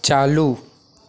चालू